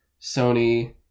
Sony